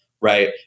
right